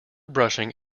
brushing